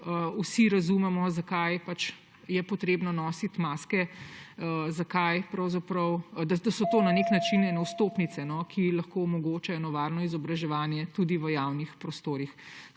vsi razumemo, zakaj je treba nositi maske, da so to na nek način ene vstopnice, ki lahko omogočajo eno varno izobraževanje tudi v javnih prostorih.